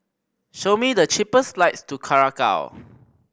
show me the cheapest flights to Curacao